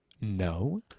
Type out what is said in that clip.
no